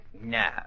No